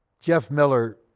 jeff miller,